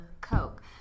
Coke